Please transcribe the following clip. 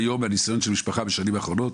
עד היום, מהניסיון שלה משפחה בשנים האחרונות,